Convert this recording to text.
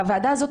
הוועדה הזאתי,